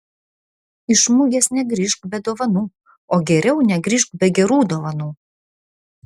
iš mugės negrįžk be dovanų o geriau negrįžk be gerų dovanų